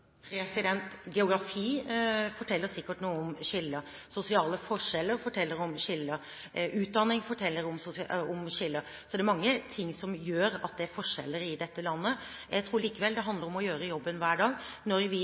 Geografi forteller sikkert noe om skiller. Sosiale forskjeller forteller om skiller. Utdanning forteller om skiller. Det er mange ting som gjør at det er forskjeller i dette landet. Jeg tror likevel det handler om å gjøre jobben hver dag. Når vi